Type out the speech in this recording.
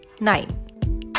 nine